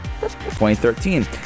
2013